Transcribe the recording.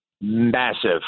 Massive